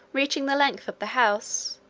reaching the length of the house,